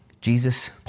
Jesus